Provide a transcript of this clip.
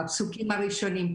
בפסוקים הראשונים,